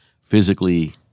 Physically